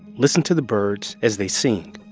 listen to the birds as they sing.